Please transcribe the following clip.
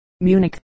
Munich